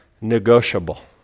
negotiable